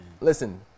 Listen